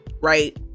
right